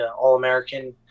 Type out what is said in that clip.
All-American